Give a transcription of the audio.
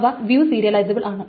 അവ view serializable ആണ്